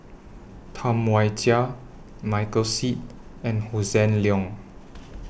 Tam Wai Jia Michael Seet and Hossan Leong